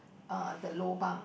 uh the lobang